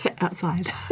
outside